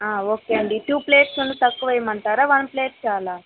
okay అండి two plates కన్నా తక్కువ వెయ్యమంటారా వన్ ప్లేట్ చాలా